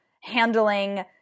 handling